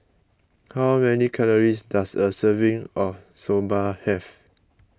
how many calories does a serving of Soba have